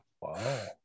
wow